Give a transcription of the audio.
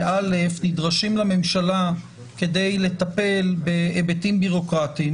נדרשים לממשלה כדי לטפל בהיבטים ביורוקרטיים,